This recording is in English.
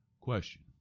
Question